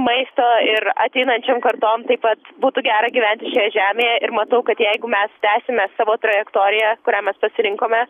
maisto ir ateinančiom kartom taip pat būtų gera gyventi šioje žemėje ir matau kad jeigu mes tęsime savo trajektoriją kurią mes pasirinkome